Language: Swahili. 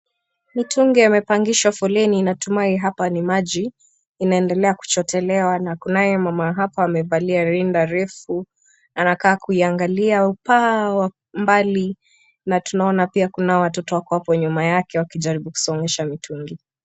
Mitungi yamepangishwa foleni natumai hapa ni maji inaendelea kuchotelewa na kunaye mama hapa amevaa rinda refu anakaa kuingalia upaa wa umbali na tunaona pia kunao watoto wako hapo nyuma yake wanajaribu kusongesha mitungi.